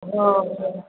हँ हँ